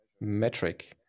metric